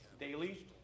Daily